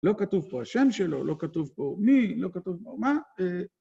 לא כתוב פה השם שלו, לא כתוב פה מי, לא כתוב פה מה.